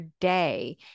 day